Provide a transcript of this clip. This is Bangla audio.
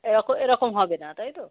এরক এরকম হবে না তাই তো